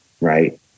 right